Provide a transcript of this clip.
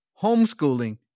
homeschooling